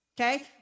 Okay